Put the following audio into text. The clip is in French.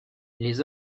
les